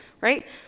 right